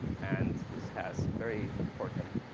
and this has very important